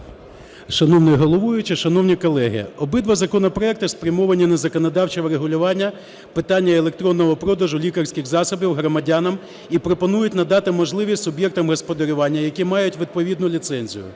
Шановний головуючий, шановні колеги! Обидва законопроекти спрямовані на законодавче врегулювання питання електронного продажу лікарських засобів громадянам і пропонують надати можливість суб'єктам господарювання, які мають відповідну ліцензію,